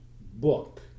book